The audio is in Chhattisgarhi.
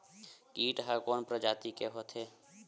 कीट ह कोन प्रजाति के होथे?